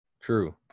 True